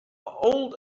old